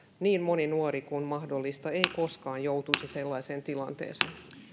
niin moni nuori kuin mahdollista ei koskaan joutuisi sellaiseen tilanteeseen